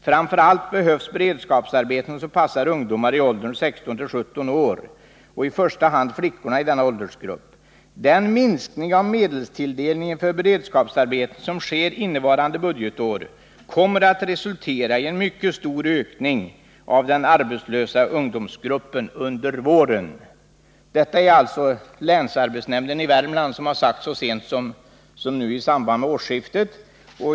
Framför allt behövs beredskapsarbeten, som passar ungdomar i åldrarna 16-17 år och i första hand flickorna i denna åldersgrupp. Den minskning av medelstilldelningen för beredskapsarbeten, som sker innevarande budgetår, kommer att resultera i en mycket stor ökning av den arbetslösa ungdomsgruppen under våren.” Länsarbetsnämnden i Värmland har uttalat detta så sent som nu vid årsskiftet.